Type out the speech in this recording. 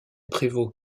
prévost